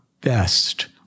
best